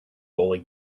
goalie